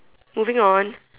moving on